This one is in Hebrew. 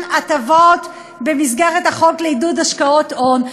הטבות במסגרת החוק לעידוד השקעות הון,